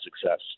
success